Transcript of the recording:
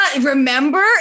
remember